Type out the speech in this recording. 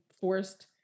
forced